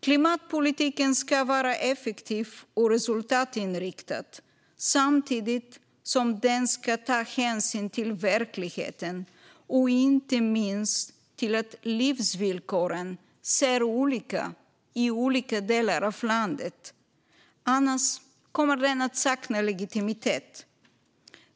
Klimatpolitiken ska vara effektiv och resultatinriktad samtidigt som den ska ta hänsyn till verkligheten, inte minst till att livsvillkoren ser olika ut i olika delar av landet. Annars kommer den att sakna legitimitet.